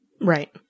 Right